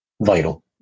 vital